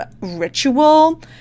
ritual